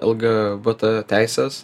lgbt teisės